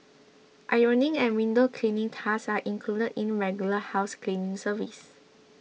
ironing and window cleaning tasks are included in regular house cleaning service